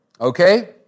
Okay